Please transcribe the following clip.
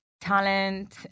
talent